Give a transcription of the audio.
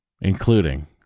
including